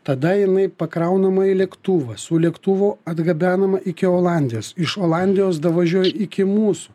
tada jinai pakraunama į lėktuvą su lėktuvu atgabenama iki olandijos iš olandijos davažiuoja iki mūsų